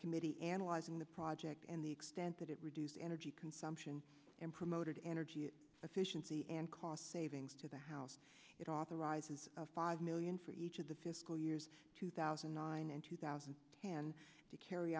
committee analyzing the project and the extent that it reduced energy consumption and promoted energy efficiency and cost savings to the house it authorizes five million for each of the fiscal years two thousand and nine and two thousand hand to carry